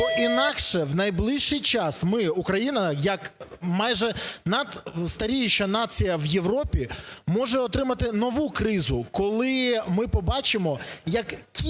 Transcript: Бо інакше у найближчий час ми, Україна, як майже надстаріюча нація в Європі, може отримати нову кризу, коли ми побачимо, як кількість